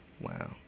Wow